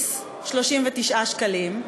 הכרטיס 39 שקלים,